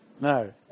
No